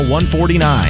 $149